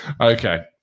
Okay